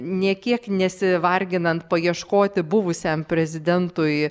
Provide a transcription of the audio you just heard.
nė kiek nesivarginant paieškoti buvusiam prezidentui